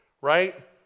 right